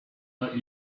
let